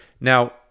Now